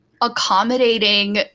accommodating